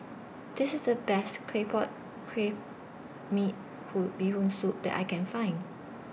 This IS The Best Claypot Crab Me Hoon Bee Hoon Soup that I Can Find